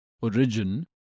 origin